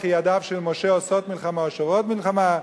וכי ידיו של משה עושות מלחמה או שוברות מלחמה?